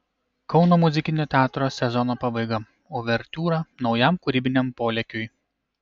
kauno muzikinio teatro sezono pabaiga uvertiūra naujam kūrybiniam polėkiui